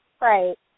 Right